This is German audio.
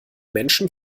menschen